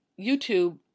YouTube